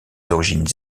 origines